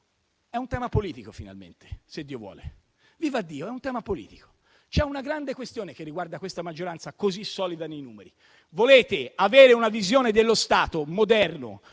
È un tema politico, finalmente, vivaddio. C'è una grande questione che riguarda questa maggioranza così solida nei numeri: volete avere una visione dello Stato moderno,